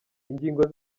ingingo